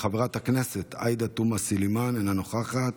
חברת הכנסת עאידה תומא סלימאן, אינה נוכחת,